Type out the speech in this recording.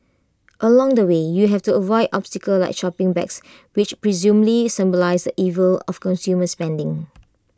along the way you have to avoid obstacles like shopping bags which presumably symbolise the evils of consumer spending